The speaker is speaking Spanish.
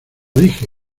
dije